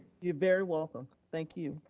you're very welcome, thank you.